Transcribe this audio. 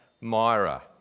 Myra